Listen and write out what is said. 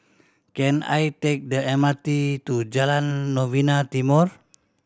can I take the M R T to Jalan Novena Timor